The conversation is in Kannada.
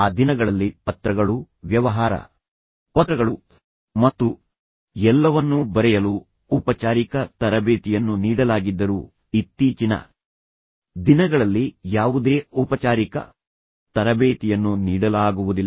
ಆ ದಿನಗಳಲ್ಲಿ ಪತ್ರಗಳು ವ್ಯವಹಾರ ಪತ್ರಗಳು ಮತ್ತು ಎಲ್ಲವನ್ನೂ ಬರೆಯಲು ಔಪಚಾರಿಕ ತರಬೇತಿಯನ್ನು ನೀಡಲಾಗಿದ್ದರೂ ಇತ್ತೀಚಿನ ದಿನಗಳಲ್ಲಿ ಯಾವುದೇ ಔಪಚಾರಿಕ ತರಬೇತಿಯನ್ನು ನೀಡಲಾಗುವುದಿಲ್ಲ